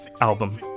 album